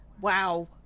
Wow